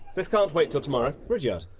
this can't wait till tomorrow. rudyard!